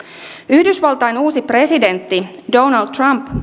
yhdysvaltain uusi presidentti donald trump